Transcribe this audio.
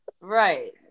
Right